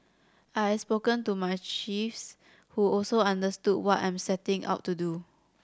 I have spoken to my chiefs who also understood what I'm setting out to do